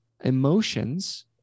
emotions